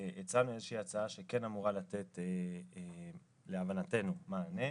הצענו איזושהי הצעה שכן אמורה לתת להבנתנו מענה.